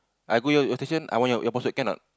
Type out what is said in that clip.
I go your your station I want your your password can not